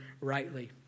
rightly